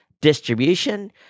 distribution